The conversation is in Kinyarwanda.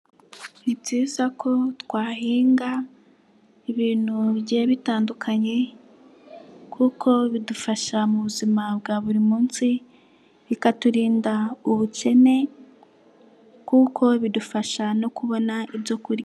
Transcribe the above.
Ni byiza ko twahinga ibintu bigiye bitandukanye kuko bidufasha mu buzima bwa buri munsi bikaturinda ubukene kuko bidufasha no kubona ibyo kurya.